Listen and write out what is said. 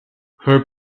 her